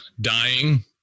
dying